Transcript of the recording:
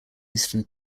eastern